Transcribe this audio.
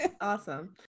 Awesome